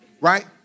right